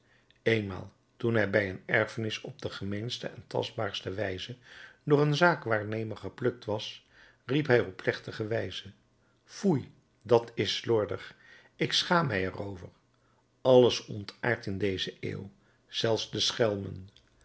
eenmaal toen hij bij een erfenis op de gemeenste en tastbaarste wijze door een zaakwaarnemer geplukt was riep hij op plechtige wijze foei dat is slordig ik schaam mij er over alles ontaardt in deze eeuw zelfs de schelmen